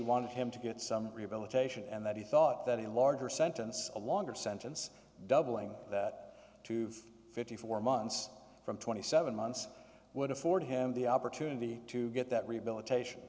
wanted him to get some rehabilitation and that he thought that a larger sentence a longer sentence doubling that to fifty four months from twenty seven months would afford him the opportunity to get that rehabilitation